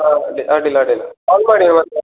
ಹಾಂ ಅಡ್ಡಿ ಅಡ್ಡಿಲ್ಲ ಅಡ್ಡಿಲ್ಲ ಕಾಲ್ ಮಾಡಿ ಮತ್ತು